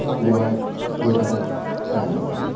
আগবঢ়াই গৈ থাকক ৰাইজৰ কাৰণে